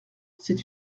c’est